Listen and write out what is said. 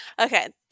Okay